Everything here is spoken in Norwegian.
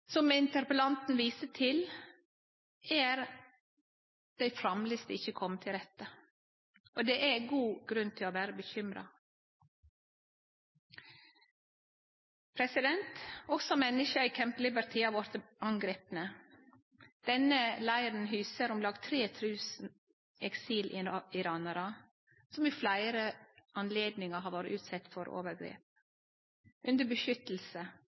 Som interpellanten viser til, er dei framleis ikkje komne til rette, og det er god grunn til å vere bekymra. Også menneska i Camp Liberty har vorte angripne. Denne leiren husar om lag 3 000 eksiliranarar, som ved fleire anledningar har vore utsette for overgrep, under beskyttelse.